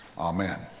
Amen